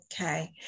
Okay